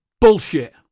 Bullshit